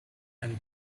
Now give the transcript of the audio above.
and